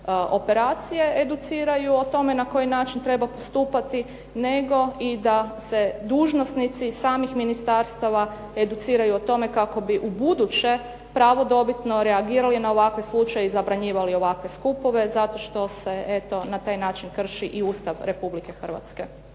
operacije educiraju o tome na koji način treba postupati nego i da se dužnosnici samih ministarstava educiraju o tome kako bi ubuduće pravodobitno reagirali na ovakve slučajeve i zabranjivali ovakve skupove zato što se eto na taj način krši i Ustav Republike Hrvatske.